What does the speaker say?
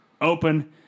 open